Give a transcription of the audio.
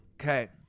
okay